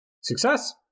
success